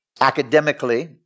academically